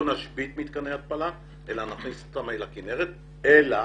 לא נשבית מתקני התפלה אלא נכניס אותם אל הכינרת אלא